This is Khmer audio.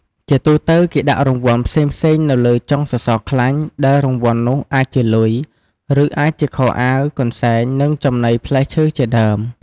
ជាទូទៅ គេដាក់រង្វាន់ផ្សេងៗនៅលើចុងសសរខ្លាញ់ ដែលរង្វាន់នោះអាចជាលុយ ឬអាចជាខោអាវ កន្សែង និងចំណីផ្លែឈើជាដើម។